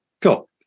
Cool